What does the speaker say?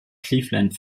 cleveland